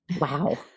Wow